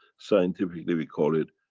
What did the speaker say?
scientifically we call it,